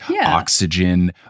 oxygen